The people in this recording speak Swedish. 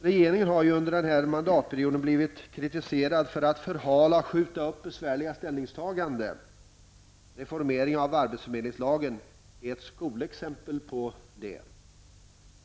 Regeringen har ju under denna mandatperiod blivit kritiserad för att förhala och skjuta upp besvärliga ställningstaganden. Reformering av arbetsförmedlingslagen är ett skolexempel på detta.